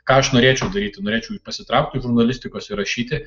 ką aš norėčiau daryti norėčiau pasitraukti iš žurnalistikos ir rašyti